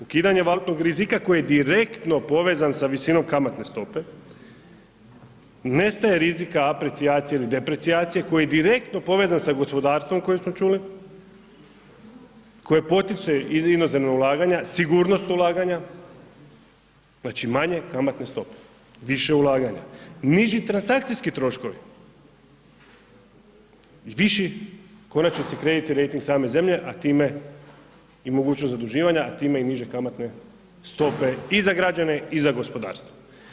Ukidanje valutnog rizika koji je direktno povezan sa visinom kamatne stope, nestaje rizika apricijacije ili depricijacije koji je direktno povezan sa gospodarstvom koji smo čuli, koji potječe iz inozemnog ulaganja, sigurnost ulaganja, znači manje kamatne stope više ulaganja, niži transakcijski troškovi i viši u konačnici kreditni rejting same zemlje, a time i mogućnost zaduživanja, a time i niže kamatne stope i za građane i za gospodarstvo.